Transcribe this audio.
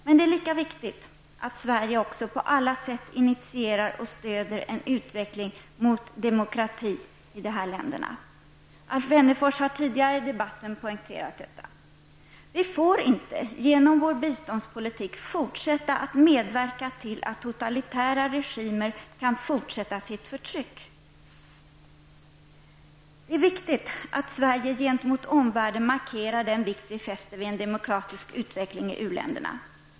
Men det är lika viktigt att Sverige på alla sätt även initierar och stödjer en utveckling mot demokrati i de här länderna. Alf Wennerfors har tidigare i debatten poängerat detta. Vi får inte genom vår biståndspolitik fortsätta att medverka till att totalitära regimer kan framhärda med sitt förtryck. Det är viktigt att Sverige gentemot omvärlden markerar den vikt vi fäster vid en demokratisk utveckling i u-länderna.